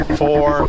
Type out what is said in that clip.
four